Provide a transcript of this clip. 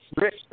Rich